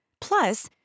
Plus